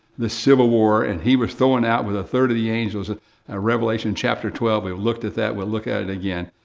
the civil war, and he was thrown out with a third of the angels. in ah ah revelation, chapter twelve, we looked at that. we'll look at it again.